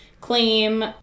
claim